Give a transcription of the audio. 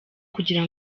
kugira